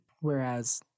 whereas